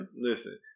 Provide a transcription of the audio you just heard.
Listen